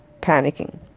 panicking